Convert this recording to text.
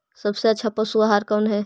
सबसे अच्छा पशु आहार कौन है?